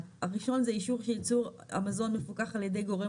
הראשון זה אישור שיצור המזון מפוקח על ידי גורם